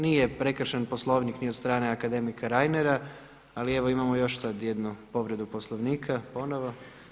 Nije prekršen Poslovnik ni od strane akademika Reinera, ali evo imamo još sad jednu povredu Poslovnika ponovno.